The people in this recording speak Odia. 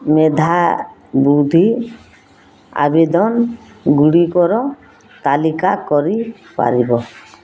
ମେଧାବୃତ୍ତି ଆବେଦନଗୁଡ଼ିକର ତାଲିକା କରିପାରିବ